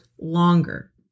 longer